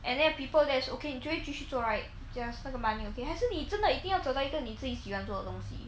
and then people that's okay 你就会继续做 right 假设那个 money okay 还是你真的一定要找到一个你自己喜欢做的东西